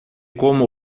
como